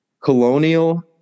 Colonial